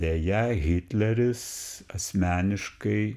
deja hitleris asmeniškai